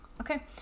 Okay